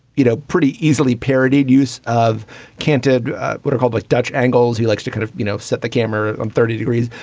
you know, pretty easily parodied use of canted what are called like dutch angles. he likes to kind of, you know, set the camera on thirty degrees.